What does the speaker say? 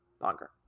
longer